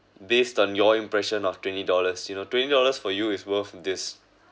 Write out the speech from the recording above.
based on your impression of twenty dollars you know twenty dollars for you is worth this